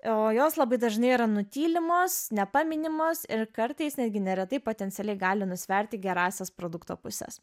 o jos labai dažnai yra nutylimos nepaminimos ir kartais netgi neretai potencialiai gali nusverti gerąsias produkto puses